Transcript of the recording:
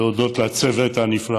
להודות לצוות הנפלא